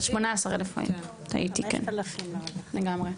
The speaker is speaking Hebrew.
18 אלף, טעיתי לגמרי.